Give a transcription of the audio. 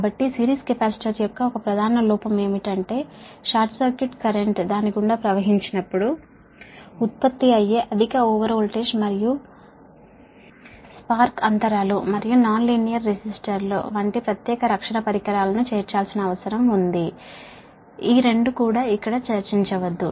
కాబట్టి series capacitor యొక్క ఒక ప్రధాన లోపం ఏమిటంటే షార్ట్ సర్క్యూట్ కరెంట్ దాని గుండా ప్రవహించినప్పుడు ఉత్పత్తి అయ్యే అధిక ఓవర్ వోల్టేజ్ మరియు స్పార్క్ అంతరాలు మరియు నాన్ లీనియర్ రెసిస్టర్లు వంటి ప్రత్యేక రక్షణ పరికరాలను చేర్చాల్సిన అవసరం ఉంది ఈ రెండు కూడా ఇక్కడ చర్చించవద్దు